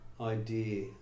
idea